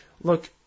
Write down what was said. look